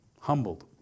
humbled